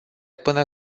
până